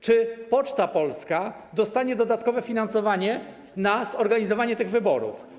Czy Poczta Polska dostanie dodatkowe finansowanie na zorganizowanie tych wyborów?